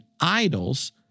idols